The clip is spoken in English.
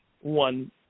one